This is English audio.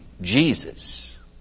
Jesus